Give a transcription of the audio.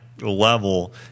level